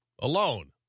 alone